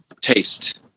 taste